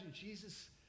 Jesus